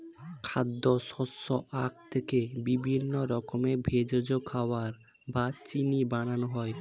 খাদ্য, শস্য, আখ থেকে বিভিন্ন রকমের ভেষজ, খাবার বা চিনি বানানো হয়